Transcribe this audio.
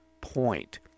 point